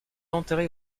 enterré